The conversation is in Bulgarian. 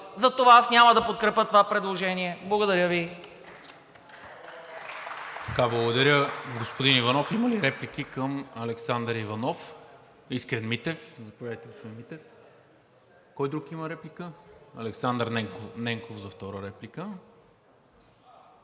Затова аз няма да подкрепя това предложение. Благодаря Ви.